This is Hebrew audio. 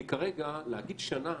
כרגע, להגיד שנה